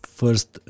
first